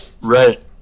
right